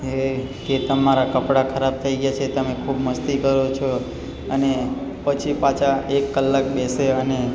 કે તમારા કપડા ખરાબ થઇ ગયા છે તમે ખુબ મસ્તી કરો છો અને પછી પાછા એક કલાક બેસે અને